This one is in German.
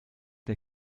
der